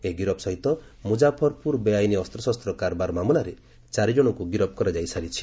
ଏହି ଗିରଫ୍ ସହିତ ମୁଜାଫରପୁର ବେଆଇନ୍ ଅସ୍ତ୍ରଶସ୍ତ କାରବାର ମାମଲାରେ ଚାରିଜଣଙ୍କୁ ଗିରଫ୍ କରାଯାଇ ସାରିଛି